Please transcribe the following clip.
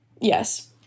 Yes